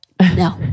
no